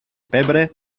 pebre